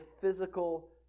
physical